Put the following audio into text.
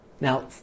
Now